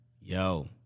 Yo